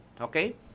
okay